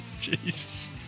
Jesus